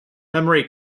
memory